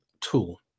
tool